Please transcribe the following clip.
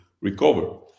recover